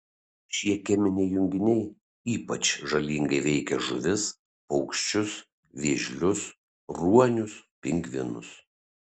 šie cheminiai junginiai ypač žalingai veikia žuvis paukščius vėžlius ruonius pingvinus